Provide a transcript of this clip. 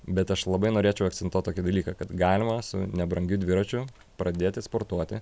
bet aš labai norėčiau akcentuot tokį dalyką kad galima su nebrangiu dviračiu pradėti sportuoti